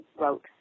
wrote